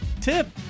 tip